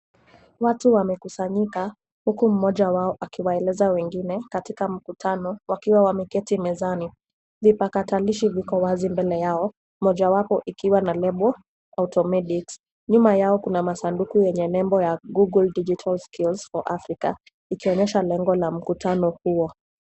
Watu wamekusanyika, huku mmoja wao wakiwaeleza wengine katika mkutano wakiwa wameketi mezani. Vipakatalishi viko wazi mbele yao, mojawapo ikiwa na lebo AUTOMEDICS . Nyuma yao kuna masanduku yenye nembo ya google digital skills for Africa ikionyesha lengo la mkutano huo.